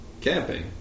Camping